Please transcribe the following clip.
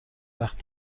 وقت